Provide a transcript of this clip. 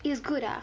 is good ah